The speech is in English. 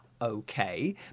Okay